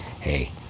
hey